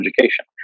education